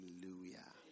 Hallelujah